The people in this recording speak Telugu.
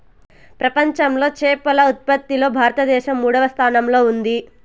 ప్రపంచంలో చేపల ఉత్పత్తిలో భారతదేశం మూడవ స్థానంలో ఉంది